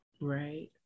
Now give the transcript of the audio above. right